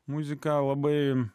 muzika labai